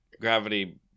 gravity